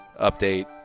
update